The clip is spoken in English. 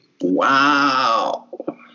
Wow